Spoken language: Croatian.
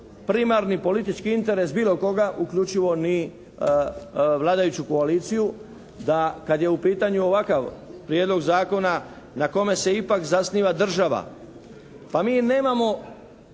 primarni politički interes bilo koga uključivo ni vladajuću koaliciju da kad je u pitanju ovakav Prijedlog zakona na kome se ipak zasniva država. Pa mi nemamo